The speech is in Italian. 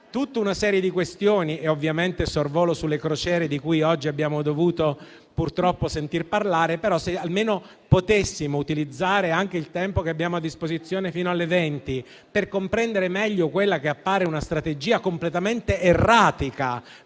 tutta una serie di questioni - sorvolo sulle crociere di cui oggi abbiamo dovuto, purtroppo, sentir parlare - però, se almeno potessimo utilizzare anche il tempo che abbiamo a disposizione fino alle 20 per comprendere meglio quella che appare una strategia completamente erratica